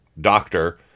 doctor